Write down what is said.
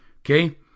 okay